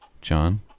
John